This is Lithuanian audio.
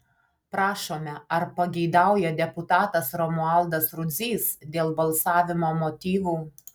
prašome ar pageidauja deputatas romualdas rudzys dėl balsavimo motyvų